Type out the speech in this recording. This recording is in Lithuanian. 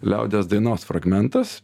liaudies dainos fragmentas